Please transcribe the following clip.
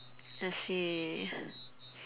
let's see